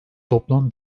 toplam